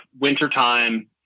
wintertime